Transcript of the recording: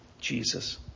Jesus